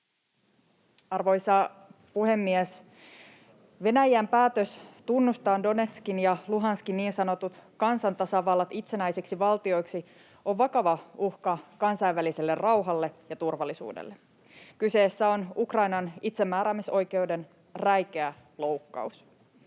Arvoisa puhemies! Venäjän päätös tunnustaa Donetskin ja Luhanskin niin sanotut kansantasavallat itsenäisiksi valtioiksi on vakava uhka kansainväliselle rauhalle ja turvallisuudelle. Kyseessä on Ukrainan itsemääräämisoikeuden räikeä loukkaus.